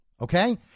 Okay